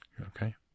Okay